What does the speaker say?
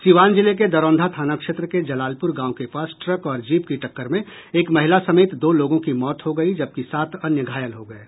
सीवान जिले के दरौंधा थाना क्षेत्र के जलालपुर गांव के पास ट्रक और जीप की टक्कर में एक महिला समेत दो लोगों की मौत हो गयी जबकि सात अन्य घायल हो गये